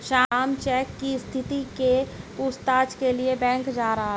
Shyam cheque की स्थिति के पूछताछ के लिए बैंक जा रहा है